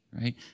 right